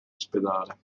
ospedale